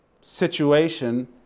situation